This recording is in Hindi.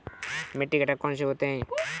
मिट्टी के घटक कौन से होते हैं?